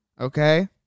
okay